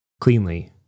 cleanly